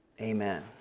Amen